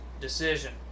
decision